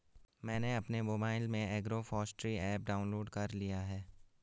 मैंने अपने मोबाइल में एग्रोफॉसट्री ऐप डाउनलोड कर लिया है